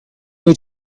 wait